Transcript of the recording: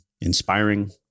inspiring